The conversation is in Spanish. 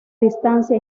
distancia